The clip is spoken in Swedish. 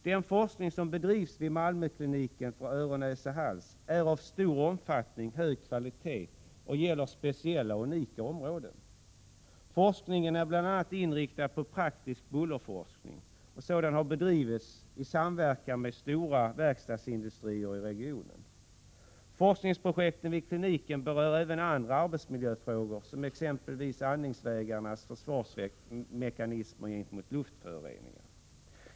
Den forskning som bedrivs vid Malmökliniken för öron-, näsoch halssjukdomar är av stor omfattning och hög kvalitet och gäller speciella och unika områden. Forskningen är bl.a. inriktad på praktisk bullerforskning, och sådan har bedrivits i samverkan med verkstadsindustrier i regionen. Forskningsprojekten vid kliniken berör även andra arbetsmiljöfrågor, exempelvis andningsvägarnas försvarsmekanismer gentemot luftföroreningar.